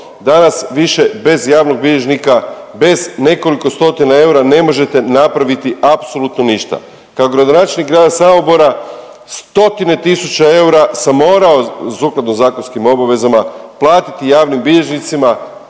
danas više bez javnog bilježnika, bez nekoliko stotina eura ne možete napraviti apsolutno ništa. Kao gradonačelnik Grada Samobora stotine tisuće eura sam morao sukladno zakonskim obvezama platiti javnim bilježnicima